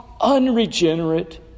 unregenerate